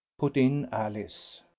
put in alice.